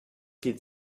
geht